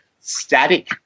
static